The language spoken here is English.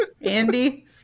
Andy